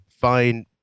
fine